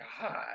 God